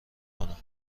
کنم